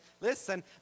listen